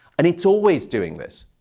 and it's always doing this.